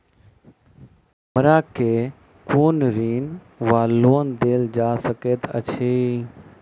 हमरा केँ कुन ऋण वा लोन देल जा सकैत अछि?